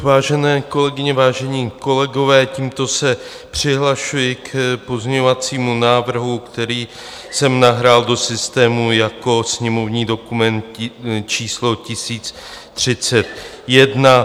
Vážené kolegyně, vážení kolegové, tímto se přihlašuji k pozměňovacímu návrhu, který jsem nahrál do systému jako sněmovní dokument číslo 1031.